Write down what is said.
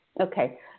Okay